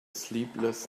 sleepless